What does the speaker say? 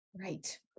Right